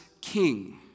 king